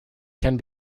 can